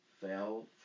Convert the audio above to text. Fell